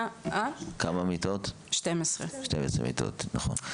12. 12 מיטות, נכון.